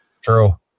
True